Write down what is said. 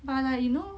but like you know